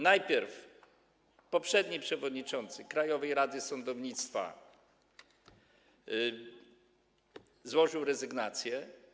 Najpierw poprzedni przewodniczący Krajowej Rady Sądownictwa złożył rezygnację.